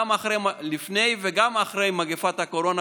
גם לפני וגם אחרי מגפת הקורונה,